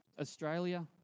Australia